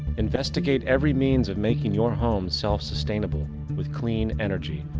investigate every means of making your home self-sustainable with clean energy.